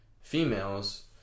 females